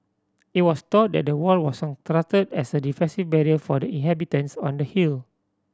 it was thought that the wall was constructed as a defensive barrier for the inhabitants on the hill